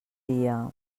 dia